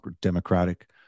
democratic